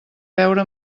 veure